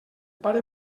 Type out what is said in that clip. pare